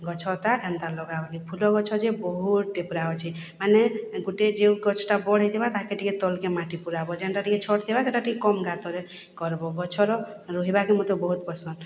ଗଛଟା ଏନ୍ତା ଲଗା ବୋଲି ଫୁଲ ଗଛ ଯେ ବହୁତ୍ଟେ ପୁରା ଅଛେ ମାନେ ଗୋଟେ ଯେଉଁ ଗଛ୍ଟା ବଡ୍ ହେଇଥିବା ତାହାକେ ଟିକେ ତଲ୍କେ ମାଟି ପୁରାବ ଯେନ୍ଟା ଟିକେ ଛୋଟ୍ ଥିବା ସେଟା ଟିକେ କମ୍ ଗାତରେ କର୍ବ ଗଛର ରୋହିବାକେ ମତେ ବହୁତ୍ ପସନ୍ଦ୍